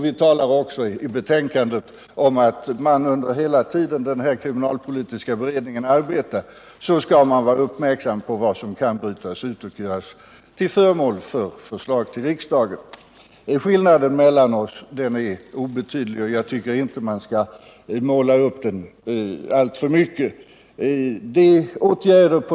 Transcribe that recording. Vi talar i betänkandet också om att man hela tiden då den kriminalpolitiska beredningen arbetar skall vara uppmärksam på vad som kan brytas ut och bli föremål för förslag till riksdagen. Skillnaden mellan oss är obetydlig, och jag tycker inte att man skall utmåla den som alltför stor.